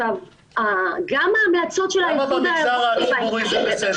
למה במגזר הציבורי זה בסדר?